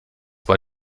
war